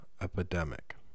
Epidemic